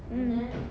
mm